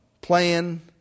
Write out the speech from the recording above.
playing